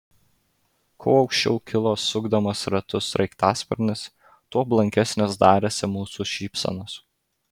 kuo aukščiau kilo sukdamas ratus sraigtasparnis tuo blankesnės darėsi mūsų šypsenos